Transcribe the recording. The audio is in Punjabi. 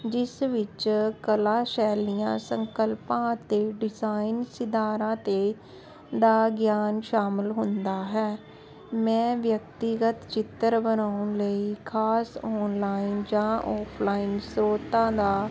ਜਿਸ ਵਿੱਚ ਕਲਾ ਸ਼ੈਲੀਆਂ ਸੰਕਲਪਾਂ ਅਤੇ ਡਿਜ਼ਾਇਨ ਸਿਦਾਰਾ ਦੇ ਦਾ ਗਿਆਨ ਸ਼ਾਮਿਲ ਹੁੰਦਾ ਹੈ ਮੈਂ ਵਿਅਕਤੀਗਤ ਚਿੱਤਰ ਬਣਾਉਣ ਲਈ ਖਾਸ ਆਨਲਾਈਨ ਜਾਂ ਔਫਲਾਈਨ ਸਰੋਤਾਂ ਦਾ